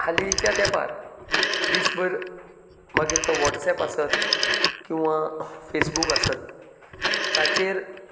हाल्लिच्या तेंपार दीस भर मागीर तो वॉट्सएप आसत किंवा फेसबूक आसत ताचेर